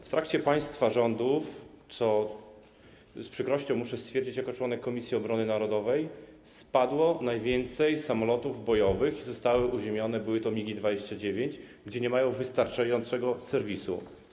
W trakcie państwa rządów, co z przykrością muszę stwierdzić jako członek Komisji Obrony Narodowej, spadło najwięcej samolotów bojowych i zostały one uziemione - były to samoloty MiG-29 - bo nie mają wystarczającego serwisu.